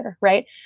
right